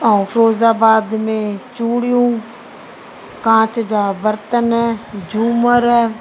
ऐं फिरोज़ाबाद में चूड़ियूं कांच जा बर्तन झूमर